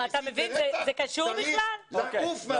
שמסית לרצח צריך לעוף מהשלטון.